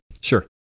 Sure